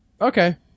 Okay